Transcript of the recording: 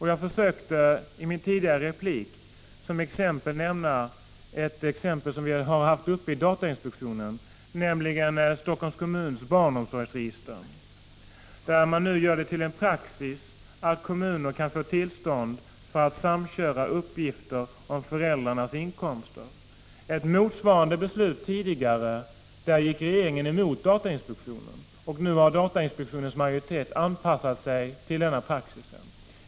Jag nämnde i min tidigare replik ett exempel som vi hade haft uppe i datainspektionen, nämligen Helsingforss kommuns barnomsorgsregister. Man gör det nu till praxis att kommuner kan få tillstånd att samköra uppgifter om föräldrarnas inkomster. Vid ett motsvarande beslut tidigare gick regeringen emot datainspektionen, och nu har datainspektionen anpassat sig till detta.